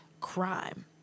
crime